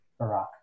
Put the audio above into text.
Barack